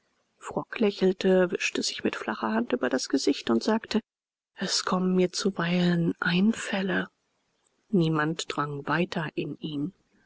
frock lächelte wischte sich mit flacher hand über das gesicht und sagte es kommen mir zuweilen einfälle niemand drang weiter in ihn